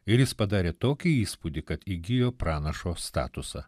ir jis padarė tokį įspūdį kad įgijo pranašo statusą